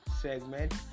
segment